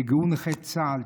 ארגון נכי צה"ל,